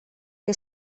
que